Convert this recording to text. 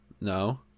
No